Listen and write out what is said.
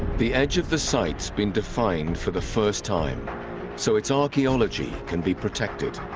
the edge of the site's been defined for the first time so it's archeology can be protected